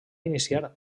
iniciar